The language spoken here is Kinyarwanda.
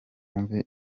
wumve